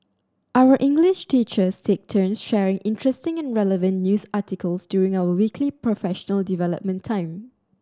our English teachers take turns sharing interesting and relevant news articles during our weekly professional development time